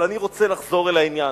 אבל אני רוצה לחזור אל העניין.